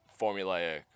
formulaic